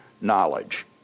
knowledge